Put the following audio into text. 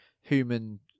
human